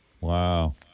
Wow